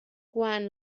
quan